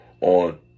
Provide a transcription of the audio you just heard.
on